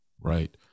Right